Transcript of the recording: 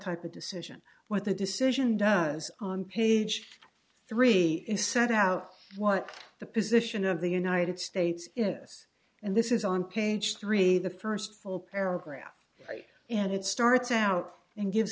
type of decision what the decision does on page three is set out what the position of the united states yes and this is on page three the first full paragraph and it starts out and gives